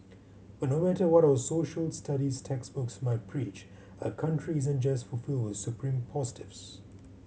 but no matter what our Social Studies textbooks might preach a country isn't just filled with supreme positives